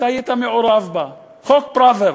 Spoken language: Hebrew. שהיית מעורב בה: חוק פראוור,